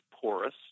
porous